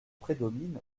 prédomine